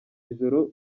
ijoro